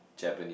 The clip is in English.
Japanese